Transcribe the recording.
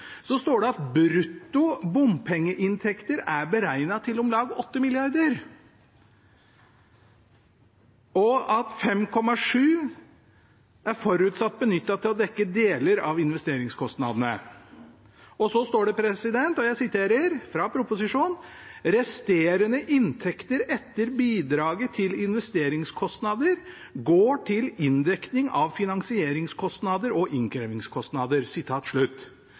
så står det, jeg siterer fra proposisjonen: «Resterende inntekter etter bidraget til investeringskostnader går til inndekning av finansieringskostnader og innkrevingskostnader.»